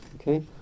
okay